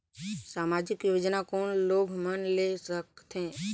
समाजिक योजना कोन लोग मन ले सकथे?